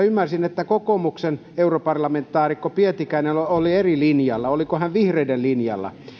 ymmärsin että kokoomuksen europarlamentaarikko pietikäinen oli oli eri linjalla oliko hän vihreiden linjalla